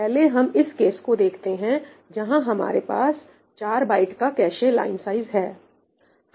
पहले हम इस केस को देखते हैं जहां हमारे पास 4 बाइट का कैशे लाइन साइज है